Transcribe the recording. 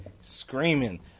screaming